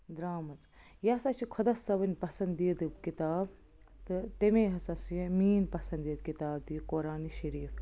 درٛامٕژ یہِ ہَسا چھُ خۄدا صٲبٕنۍ پسندیٖدٕ کِتاب تہٕ تَمے ہَسا سٕہ یہِ میٛٲنۍ پسنٛدیٖدٕ کِتاب تہِ یہِ قرآنہِ شریٖف